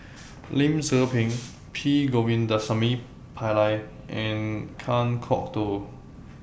Lim Tze Peng P Govindasamy Pillai and Kan Kwok Toh